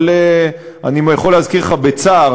אבל אני יכול להזכיר לך בצער,